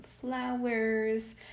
flowers